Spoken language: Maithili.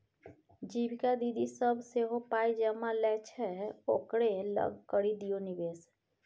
जीविका दीदी सभ सेहो पाय जमा लै छै ओकरे लग करि दियौ निवेश